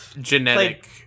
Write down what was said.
genetic